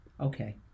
okay